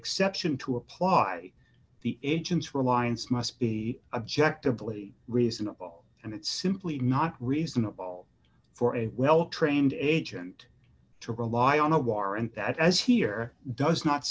exception to apply the agent's reliance must be objectively reasonable and it's simply not reasonable for a well trained agent to rely on a warrant that as here does not